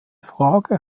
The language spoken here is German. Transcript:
frage